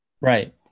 Right